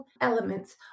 elements